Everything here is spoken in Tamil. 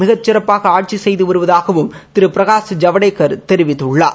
மிகச் சிறப்பாக ஆட்சி செய்து வருவதாகவும் திரு பிரகாஷ் ஜவடேக்கா தெரிவித்துள்ளார்